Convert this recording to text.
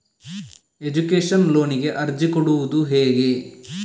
Education ಲೋನಿಗೆ ಅರ್ಜಿ ಕೊಡೂದು ಹೇಗೆ?